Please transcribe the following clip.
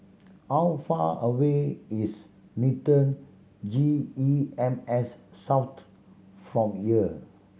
how far away is Newton G E M S South from here